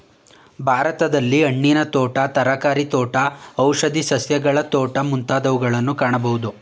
ಭಾರತದಲ್ಲಿ ಹಣ್ಣಿನ ತೋಟ, ತರಕಾರಿ ತೋಟ, ಔಷಧಿ ಸಸ್ಯಗಳ ತೋಟ ಮುಂತಾದವುಗಳನ್ನು ಕಾಣಬೋದು